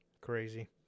crazy